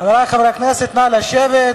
חברי חברי הכנסת, נא לשבת.